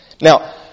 Now